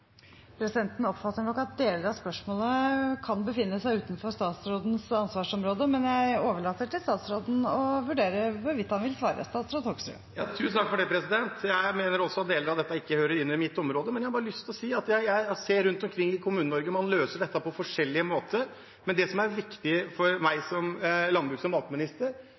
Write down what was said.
Presidenten oppfatter nok at deler av spørsmålet kan befinne seg utenfor statsrådens ansvarsområde, men overlater til statsråden å vurdere hvorvidt han vil svare. Jeg mener også at deler av dette ikke hører inn under mitt ansvarsområde. Jeg har bare lyst til å si at jeg ser at man rundt omkring i Kommune-Norge løser dette på forskjellige måter, men det som er viktig for meg som landbruks- og matminister,